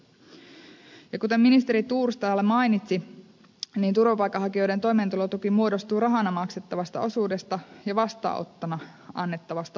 kuten ministeri thors täällä mainitsi turvapaikanhakijoiden toimeentulotuki muodostuu rahana maksettavasta osuudesta ja vastaanottona annettavasta osuudesta